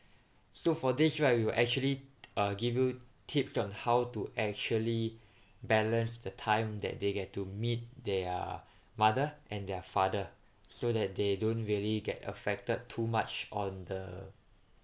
so for this right we will actually uh give you tips on how to actually balance the time that they get to meet their mother and their father so that they don't really get affected too much on the